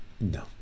No